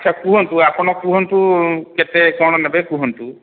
ଆଚ୍ଛା କୁହନ୍ତୁ ଆପଣ କୁହନ୍ତୁ କେତେ କ'ଣ ନେବେ କୁହନ୍ତୁ